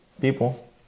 people